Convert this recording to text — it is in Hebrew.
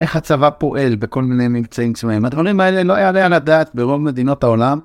איך הצבא פועל בכל מיני מבצעים שלהם, הדברים האלה לא היה יעלה על הדעת ברוב מדינות העולם.